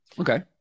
Okay